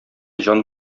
җан